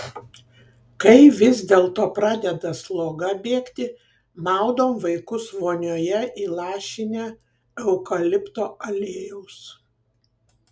kai vis dėlto pradeda sloga bėgti maudom vaikus vonioje įlašinę eukalipto aliejaus